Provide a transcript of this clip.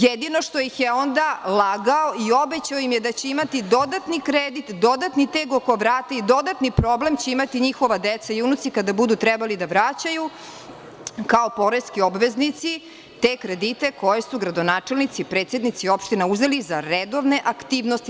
Jedino što ih je onda lagao i obećao im je da će imati dodatni kredit, dodatni teg oko vrata i dodatni problem će imati njihova deca i unuci kada budu trebali da vraćaju, kao poreski obveznici te kredite koje su gradonačelnici, predsednici opština uzeli za redovne aktivnosti.